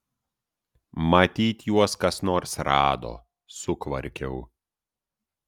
matyt juos kas nors rado sukvarkiau